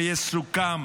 שיסוכם